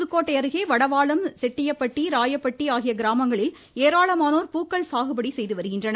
புதுக்கோட்டை அருகே வடவாளம் செட்டியப்பட்டி ராயப்பட்டி ஆகிய கிராமங்களில் ஏராளமானோர் பூக்கள் சாகுபடி செய்துவருகின்றனர்